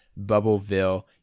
Bubbleville